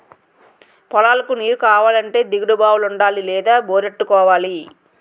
పొలాలకు నీరుకావాలంటే దిగుడు బావులుండాలి లేదా బోరెట్టుకోవాలి